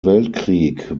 weltkrieg